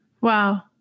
Wow